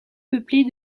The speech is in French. peuplée